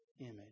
image